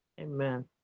Amen